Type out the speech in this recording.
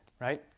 right